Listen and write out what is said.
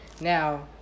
Now